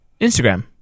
Instagram